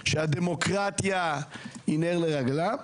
שהדמוקרטיה היא נר לרגליה,